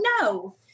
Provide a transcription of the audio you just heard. no